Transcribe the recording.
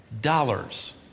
dollars